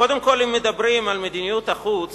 קודם כול, אם מדברים על מדיניות החוץ